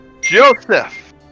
Joseph